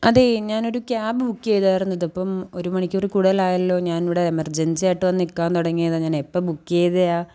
അതേ ഞാനൊരു cab book ചെയ്തായിരുന്നു ഇതിപ്പം ഒരു മണിക്കൂറിൽ കൂടുതൽ ആയല്ലോ ഞാൻ ഇവിടെ എമർജൻസി ആയിട്ട് വന്ന് നിൽക്കാൻ തുടങ്ങിയതാണ് ഞാൻ എപ്പം ബുക്ക് ചെയ്തതാണ്